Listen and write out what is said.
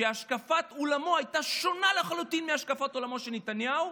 שהשקפת עולמו הייתה שונה לחלוטין מהשקפת עולמו של נתניהו,